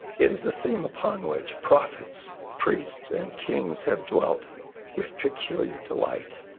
it is a theme upon which prophets, priests and kings have dwelt with peculiar delight